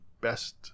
best